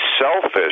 selfish